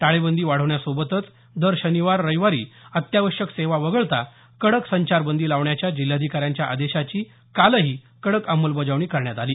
टाळेबंदी वाढवण्यासोबतच दर शनिवार रविवारी अत्यावश्यक सेवा वगळता कडक संचारबंदी लावण्याच्या जिल्हाधिकाऱ्यांच्या आदेशाची कालही कडक अंमलबजावणी करण्यात आली